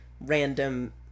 random